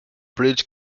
bridge